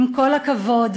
עם כל הכבוד,